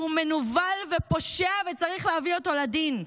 שהוא מנוול ופושע וצריך להביא אותו לדין,